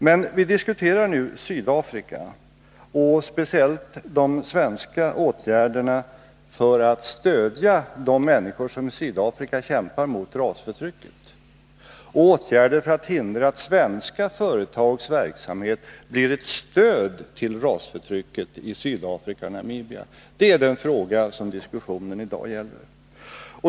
Men vi diskuterar nu Sydafrika och speciellt de svenska åtgärderna för att stödja de människor som i Sydafrika kämpar mot rasförtrycket och åtgärder för att förhindra att svenska företags verksamhet blir ett stöd till rasförtrycket i Sydafrika och Namibia. Det är den frågan som diskussionen i dag gäller.